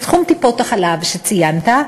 בתחום טיפות-החלב שציינת,